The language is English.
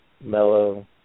mellow